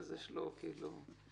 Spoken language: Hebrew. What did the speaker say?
ואז יש לו כאילו הוכחה.